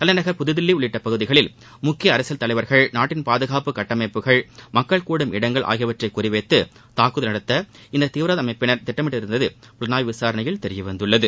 தலைநகர் புதுதில்லி உள்ளிட்ட பகுதிகளில் முக்கிய அரசியல் தலைவர்கள் நாட்டின் பாதுகாப்பு கட்டமைப்புகள் மக்கள் கூடும் இடங்கள் ஆகியவற்றை குறிவைத்து தாக்குதல் நடத்த இந்த தீவிரவாத அமைப்பினர் திட்டமிட்டிருந்தது புலனாய்வு விசாரணையில் தெரிய வந்துள்ளது